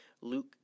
Luke